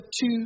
two